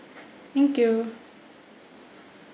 thank you